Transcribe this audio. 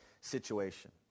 situation